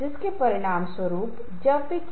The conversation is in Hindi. इसलिए हमें मजबूर होना पड़ेगा